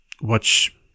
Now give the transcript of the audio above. watch